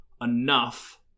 enough